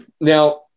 Now